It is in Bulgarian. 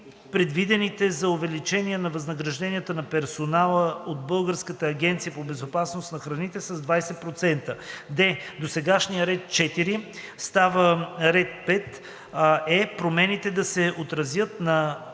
предвидените за увеличение на възнагражденията на персонала от Българската агенция по безопасност на храните с 20%. д) досегашният ред 4 става ред 5. е) Промените да се отразят и